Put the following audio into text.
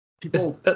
people